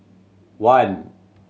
one